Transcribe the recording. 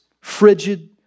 frigid